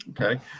okay